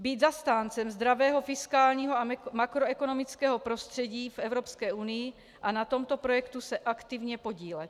Být zastáncem zdravého fiskálního a makroekonomického prostředí v Evropské unii a na tomto projektu se aktivně podílet.